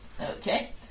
Okay